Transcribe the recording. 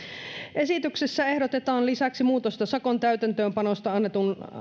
esityksessä ehdotetaan lisäksi muutosta sakon täytäntöönpanosta annettuun